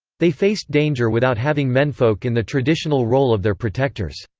they faced danger without having menfolk in the traditional role of their protectors.